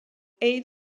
eight